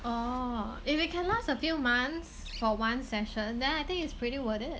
orh if you can last a few months for one session then I think it's pretty worth it